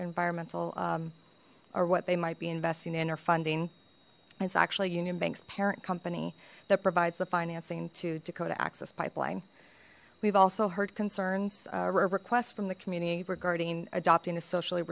environmental or what they might be investing in or funding it's actually union bank's parent company that provides the financing to dakota access pipeline we've also heard concerns a request from the community regarding adopting a socially